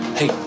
hey